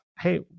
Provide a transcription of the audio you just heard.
Hey